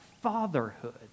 fatherhood